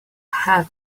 have